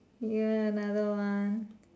ya another one